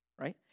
right